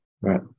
right